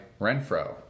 Renfro